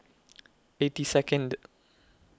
eighty Second